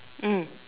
mm